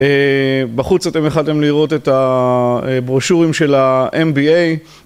בחוץ אתם יכלתם לראות את הברושורים של ה-MBA